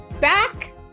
back